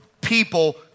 people